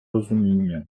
розуміння